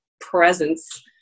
presence